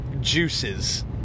juices